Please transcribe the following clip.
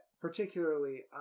particularly